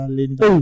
Linda